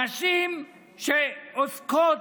נשים שעוסקות